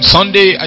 Sunday